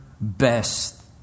best